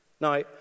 Now